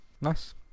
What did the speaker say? Nice